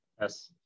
Yes